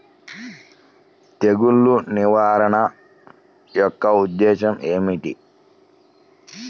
తెగులు నిర్వహణ యొక్క ఉద్దేశం ఏమిటి?